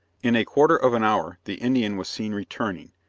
in a quarter of an hour the indian was seen returning,